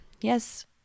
yes